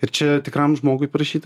ir čia tikram žmogui parašyta